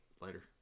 Later